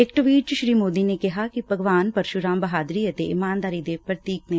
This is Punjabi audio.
ਇਕ ਟਵੀਟ ਚ ਸ੍ਰੀ ਮੋਦੀ ਨੇ ਕਿਹਾ ਕਿ ਭਗਵਾਨ ਪਰਸੁਰਾਮ ਬਹਾਦਰੀ ਅਤੇ ਇਮਾਨਦਾਰੀ ਦੇ ਪ੍ਰਤੀਕ ਨੇ